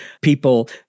people